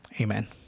Amen